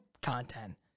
content